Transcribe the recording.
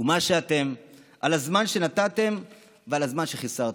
ומה שאתם, על הזמן שנתתם ועל הזמן שחיסרתם.